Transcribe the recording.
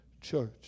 church